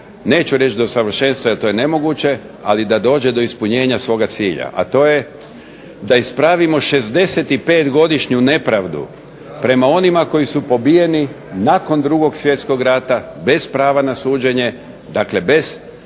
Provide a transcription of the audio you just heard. neću reći do savršenstva, jer to je nemoguće, ali da dođe do ispunjenja svoga cilja, a to je da ispravimo 65-godišnju nepravdu prema onima koji su pobijeni nakon Drugog svjetskog rata, bez prava na suđenje, dakle bez